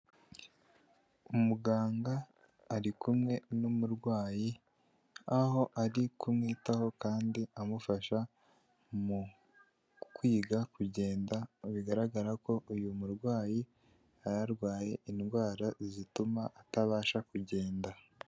Umuganga ari kumwe n'umurwayi aho ari kumwitaho kandi amufasha mu kwiga kugenda, aho bigaragara ko uyu murwayi yari arwaye indwara zituma atabasha kugenda.